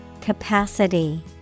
Capacity